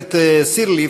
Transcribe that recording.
הגברת סירליף,